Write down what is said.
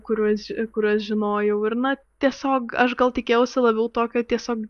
kuriuos kuriuos žinojau ir na tiesiog aš gal tikėjausi labiau tokio tiesiog